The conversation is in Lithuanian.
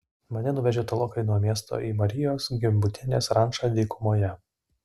mane nuvežė tolokai nuo miesto į marijos gimbutienės rančą dykumoje